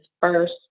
first